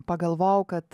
pagalvojau kad